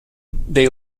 they